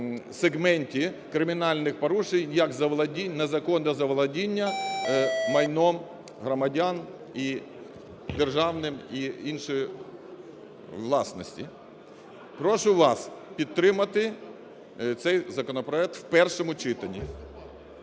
сегменті кримінальних порушень як незаконне заволодіння майном громадян і державним, і іншої власності. Прошу вас підтримати цей законопроект в першому читанні.